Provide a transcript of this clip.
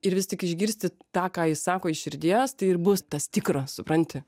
ir vis tik išgirsti tą ką jis sako iš širdies tai ir bus tas tikras supranti